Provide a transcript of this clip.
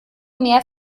mehr